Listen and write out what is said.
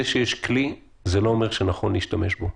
זה שיש כלי זה לא אומר שנכון להשתמש בו,